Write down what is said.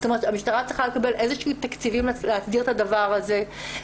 המשטרה צריכה לקבל תקציבים להסדיר את הדבר הזה.